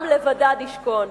עם לבדד ישכון.